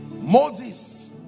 moses